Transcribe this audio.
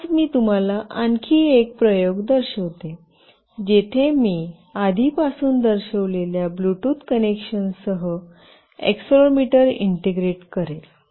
आज मी तुम्हाला आणखी एक प्रयोग दर्शवितो जिथे मी आधीपासून दर्शविलेल्या ब्लूटूथ कनेक्शनसह एक्सेलेरोमीटर ईंटेग्रेट करेल